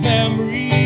Memories